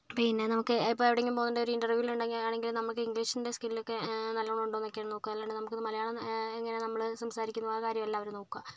പിന്നെ നമുക്ക് എപ്പം എവിടെയെങ്കിലും പോകുന്നുണ്ടെങ്കിൽ ഒരു ഇൻ്റെർവ്യൂ എല്ലാം ഉണ്ടെങ്കിൽ ഇംഗ്ലീഷിൻ്റെ സ്കില്ലൊക്കെ നല്ലവണ്ണം ഉണ്ടോയെന്നൊക്കെയാണ് നോക്കുക അല്ലാണ്ട് നമുക്ക് ഇത് മലയാളം എങ്ങനെയാണ് നമ്മൾ സംസാരിക്കുന്ന കാര്യമല്ല അവർ നോക്കുക